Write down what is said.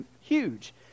huge